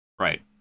Right